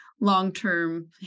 long-term